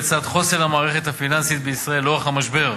לצד חוסן המערכת הפיננסית בישראלי לאורך המשבר,